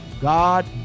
God